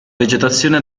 vegetazione